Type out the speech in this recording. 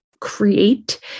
create